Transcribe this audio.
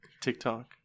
TikTok